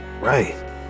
Right